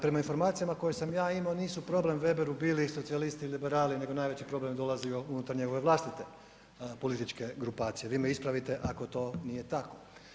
Prema informacijama koje sam ja imao nisu problem Veberu bili socijalisti i liberali nego najveći je problem dolazio unutar njegove vlastite političke grupacije, vi me ispravite ako to nije tako.